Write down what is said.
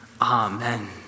Amen